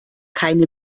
keine